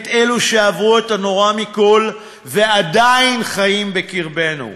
את אלו שעברו את הנורא מכול ועדיין חיים בקרבנו,